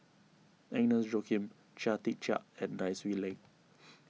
Agnes Joaquim Chia Tee Chiak and Nai Swee Leng